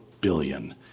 billion